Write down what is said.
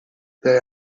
they